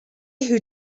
who